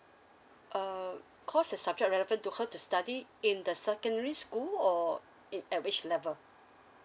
uh cause it's subject relevant to her to study in the secondary school or it at which level